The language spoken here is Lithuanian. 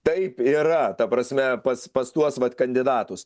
taip yra ta prasme pas pas tuos vat kandidatus